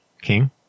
King